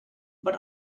but